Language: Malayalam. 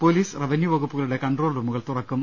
പോലീസ് റവന്യു വകുപ്പുകളുടെ കൺട്രോൾ റൂമുകൾ തുറക്കും